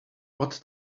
what